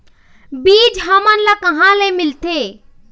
बीज हमन ला कहां ले मिलथे?